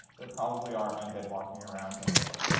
there probably are undead walking around kendall square.